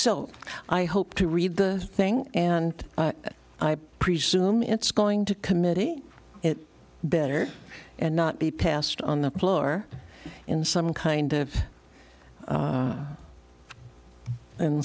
so i hope to read the thing and i presume it's going to committee it better and not be passed on the floor in some kind of